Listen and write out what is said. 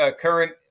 current